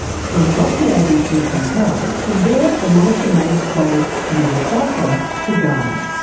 from what the abc can tell, from there the monitor made its way from the recycler to ghana.